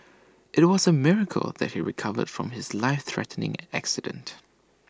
IT was A miracle that he recovered from his life threatening accident